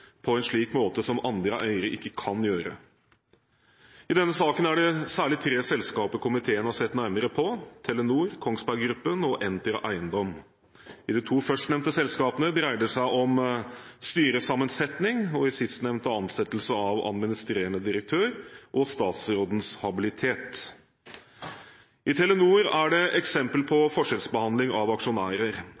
på en måte som andre eiere ikke kan gjøre. I denne saken er det særlig tre selskaper komiteen har sett nærmere på: Telenor, Kongsberg Gruppen og Entra Eiendom. I de to førstnevnte selskapene dreier det seg om styresammensetning og i sistnevnte ansettelse av administrerende direktør og statsrådens habilitet. I Telenor er det eksempel på forskjellsbehandling av aksjonærer.